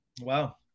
Wow